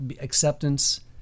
acceptance